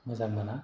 मोजां मोना